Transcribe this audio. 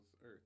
Earth